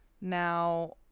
now